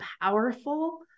powerful